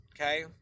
Okay